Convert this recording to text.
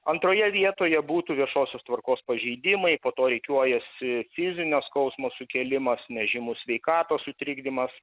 antroje vietoje būtų viešosios tvarkos pažeidimai po to rikiuojasi fizinio skausmo sukėlimas nežymus sveikatos sutrikdymas